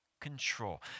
control